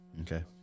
Okay